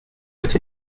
but